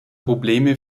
probleme